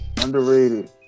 Underrated